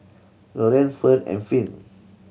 Lorean Fern and Finn